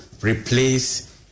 replace